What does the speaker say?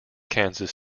kansas